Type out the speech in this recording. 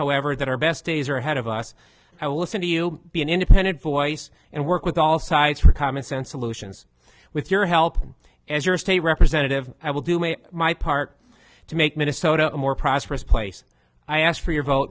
however that our best days are ahead of us i will listen to you be an independent voice and work with all sides for common sense solutions with your help as your state representative i will do may my part to make minnesota a more prosperous place i ask for your vote